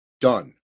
done